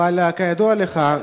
אבל כידוע לך,